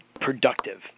productive